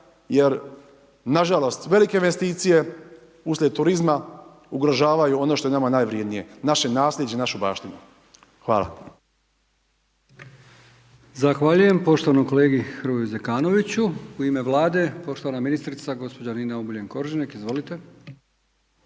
jer nažalost, velike investicije uslijed turizma ugrožavaju ono što je nama najvrjednije, naše naslijeđe, našu baštinu. Hvala. **Brkić, Milijan (HDZ)** Zahvaljujem poštovanom kolegi Zekanoviću. I ime Vlade, poštovana ministrica, gospođa Nina Obuljen Koržinek, izvolite.